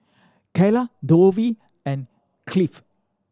Kylah Dovie and Cliffie